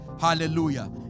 hallelujah